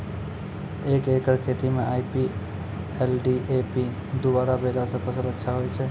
एक एकरऽ खेती मे आई.पी.एल डी.ए.पी दु बोरा देला से फ़सल अच्छा होय छै?